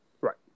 right